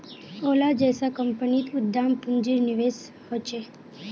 ओला जैसा कम्पनीत उद्दाम पून्जिर निवेश होछे